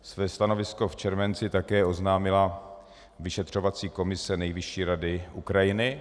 Své stanovisko v červenci také oznámila vyšetřovací komise Nejvyšší rady Ukrajiny.